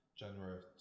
January